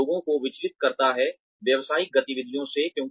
यह लोगों को विचलित करता है व्यावसायिक गतिविधियों से